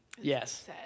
Yes